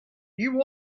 you